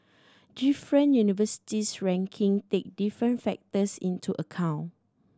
different universities ranking take different factors into account